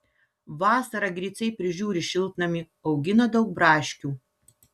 vasarą griciai prižiūri šiltnamį augina daug braškių